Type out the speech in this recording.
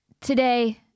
Today